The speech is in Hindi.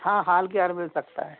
हाँ हाल के हाल मिल सकता है